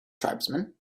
tribesman